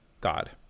god